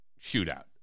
shootout